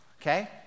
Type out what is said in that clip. okay